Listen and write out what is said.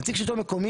נציג שלטון מקומי,